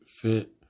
fit